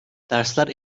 dersler